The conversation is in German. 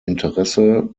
interesse